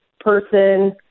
person